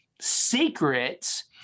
secrets